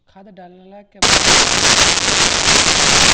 खाद डलला के बाद पानी पाटावाल जाई कि न?